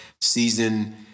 Season